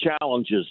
challenges